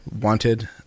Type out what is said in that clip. wanted